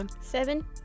Seven